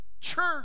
church